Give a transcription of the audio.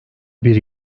bir